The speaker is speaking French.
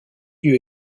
lieu